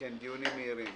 כן, דיונים מהירים.